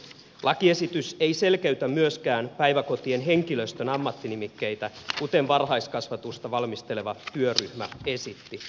lakiesitys ei selkeytä myöskään päiväkotien henkilöstön ammattinimikkeitä kuten varhaiskasvatusta valmisteleva työryhmä esitti